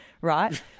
Right